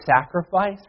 sacrifice